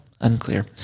unclear